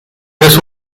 eres